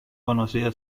conocida